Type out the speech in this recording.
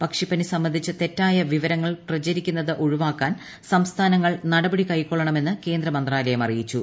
പക്ഷിപ്പനി സംബന്ധിച്ച് തെറ്റായ വിവരങ്ങൾ പ്രചരിക്കുന്നത് ഒഴിവാക്കാൻ സംസ്ഥാ്യൂങ്ങൾ നടപടി കൈക്കൊള്ളണമെന്ന് കേന്ദ്ര മന്ത്രൂ ്ലയ്യം അറിയിച്ചു